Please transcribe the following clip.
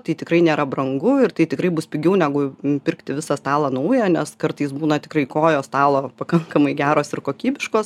tai tikrai nėra brangu ir tai tikrai bus pigiau negu pirkti visą stalą naują nes kartais būna tikrai kojos stalo pakankamai geros ir kokybiškos